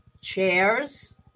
chairs